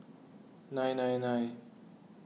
nine nine nine